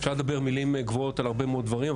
אפשר לדבר במילים גבוהות על הרבה מאוד דברים,